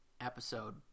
episode